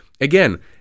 Again